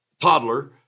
Toddler